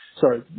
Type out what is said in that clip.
Sorry